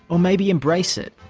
or maybe embrace it?